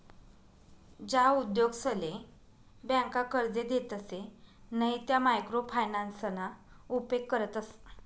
ज्या उद्योगसले ब्यांका कर्जे देतसे नयी त्या मायक्रो फायनान्सना उपेग करतस